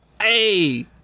Hey